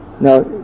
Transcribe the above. now